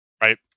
Right